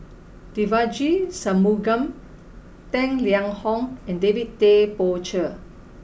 Devagi Sanmugam Tang Liang Hong and David Tay Poey Cher